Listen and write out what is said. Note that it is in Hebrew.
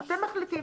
אתם מחליטים.